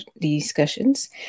Discussions